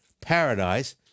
paradise